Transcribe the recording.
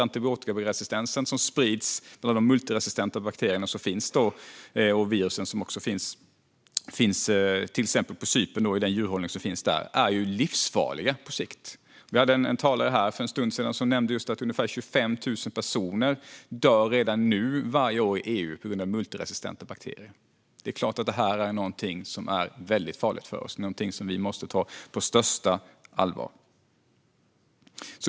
Antibiotikaresistensen i djurhållningen på till exempel Cypern sprids på grund av de multiresistenta bakterierna och virusen och är livsfarlig på sikt. Det var en talare som här för en stund sedan nämnde att ungefär 25 000 personer redan nu dör varje år i EU på grund av multiresistenta bakterier. Det är klart att det här är någonting som är väldigt farligt för oss och som vi måste ta på största allvar.